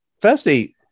firstly